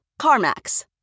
CarMax